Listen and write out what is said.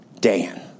Dan